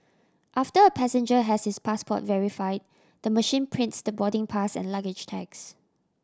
after a passenger has his passport verified the machine prints the boarding pass and luggage tags